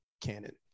canon